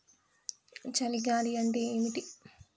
చలి గాలి అంటే ఏమిటి?